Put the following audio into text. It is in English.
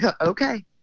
okay